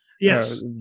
Yes